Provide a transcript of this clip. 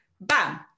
bam